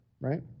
right